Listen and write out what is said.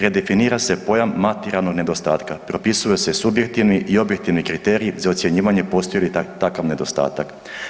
Redefinira se pojam „materijalnog nedostatka“, propisuju se subjektivni i objektivni kriteriji za ocjenjivanje postoji li takav nedostatak.